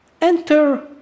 Enter